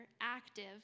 active